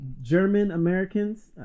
German-Americans